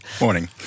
Morning